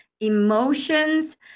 emotions